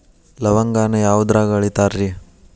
ಲವಂಗಾನ ಯಾವುದ್ರಾಗ ಅಳಿತಾರ್ ರೇ?